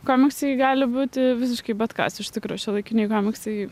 komiksai gali būti visiškai bet kas iš tikro šiuolaikiniai komiksai